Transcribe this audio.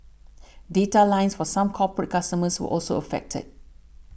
data lines for some corporate customers were also affected